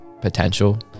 potential